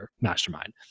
mastermind